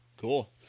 Cool